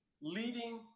leading